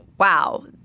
wow